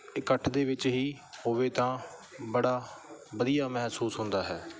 ਇਕੱਠ ਦੇ ਵਿੱਚ ਹੀ ਹੋਵੇ ਤਾਂ ਬੜਾ ਵਧੀਆ ਮਹਿਸੂਸ ਹੁੰਦਾ ਹੈ